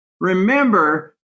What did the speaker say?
Remember